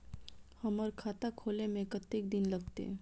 हमर खाता खोले में कतेक दिन लगते?